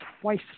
twice